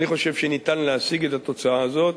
אני חושב שניתן להשיג את התוצאה הזו,